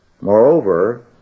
Moreover